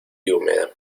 húmeda